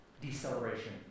deceleration